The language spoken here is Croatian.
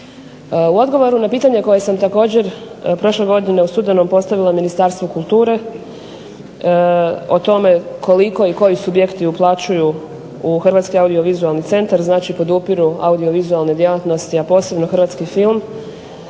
U odgovoru na pitanje koje sam također prošle godine u studenom postavila Ministarstvu kulture, o tome koliko i koji subjekti uplaćuju u Hrvatski audiovizualni centar, znači podupiru audiovizualne djelatnosti, posebno Hrvatski film,